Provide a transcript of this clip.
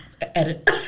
edit